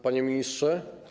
Panie Ministrze!